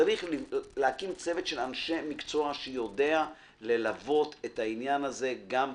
צריך להקים צוות של אנשי מקצוע שיודע ללוות את העניין הזה גם כלכלית,